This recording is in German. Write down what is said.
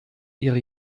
ihre